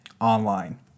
online